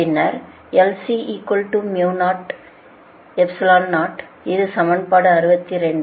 பின்னர் இது சமன்பாடு 62 ஆகும்